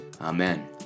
Amen